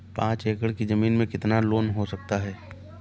पाँच एकड़ की ज़मीन में कितना लोन हो सकता है?